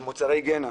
אלה מוצרי היגיינה.